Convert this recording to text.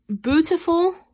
beautiful